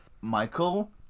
Michael